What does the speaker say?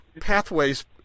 pathways